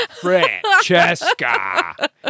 Francesca